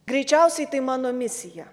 greičiausiai tai mano misija